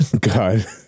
God